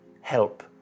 help